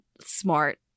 smart